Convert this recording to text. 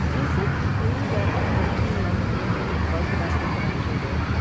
is it true that a thirteen month plea agreement was the best they could actually do?